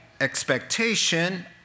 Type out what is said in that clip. expectation